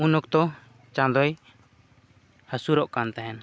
ᱩᱱ ᱚᱠᱛᱚ ᱪᱟᱸᱫᱳᱭ ᱦᱟᱹᱥᱩᱨᱚᱜ ᱠᱟᱱ ᱛᱟᱦᱮᱸᱫ